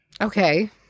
Okay